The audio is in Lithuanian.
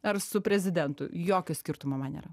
ar su prezidentu jokio skirtumo man nėra